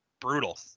brutal